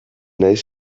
naiz